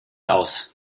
aus